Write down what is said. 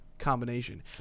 combination